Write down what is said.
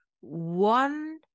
one